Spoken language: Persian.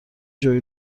جویی